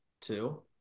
Two